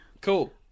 Cool